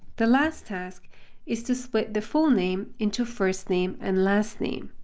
the last task is to split the full name into first name and last name.